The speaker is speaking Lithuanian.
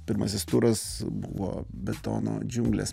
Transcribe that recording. pirmasis turas buvo betono džiunglės